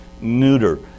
neuter